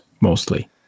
mostly